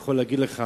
יכול להגיד לך